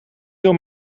door